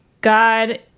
God